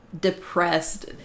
depressed